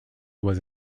was